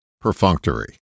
perfunctory